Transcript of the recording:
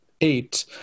eight